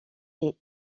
est